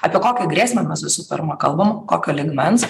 apie kokią grėsmę mes visų pirma kalbam kokio lygmens